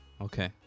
Okay